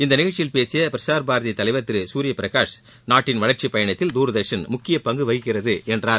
இந்நிகழ்ச்சியில் பேசிய பிரஸாா்பாரதி தலைவா் திரு சூரிய பிரகாஷ் பேசுகையில் நாட்டின் வளா்ச்சிப் பயணத்தில் தூர்தர்ஷன் முக்கிய பங்கு வகிக்கிறது என்றார்